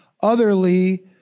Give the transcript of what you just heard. otherly